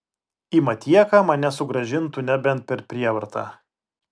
į matieką mane sugrąžintų nebent per prievartą